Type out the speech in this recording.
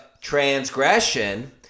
transgression